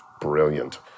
brilliant